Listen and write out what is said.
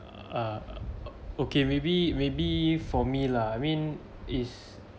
err ah okay maybe maybe for me lah I mean it's